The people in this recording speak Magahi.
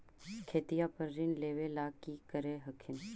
खेतिया पर ऋण लेबे ला की कर हखिन?